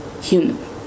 human